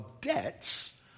debts